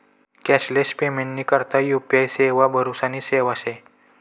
cashless पेमेंटनी करता UPI सेवा भरोसानी सेवा शे